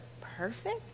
perfect